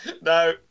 No